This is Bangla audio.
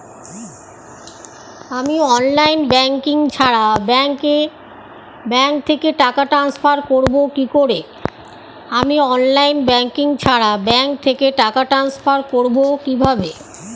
আমি অনলাইন ব্যাংকিং ছাড়া ব্যাংক থেকে টাকা ট্রান্সফার করবো কিভাবে?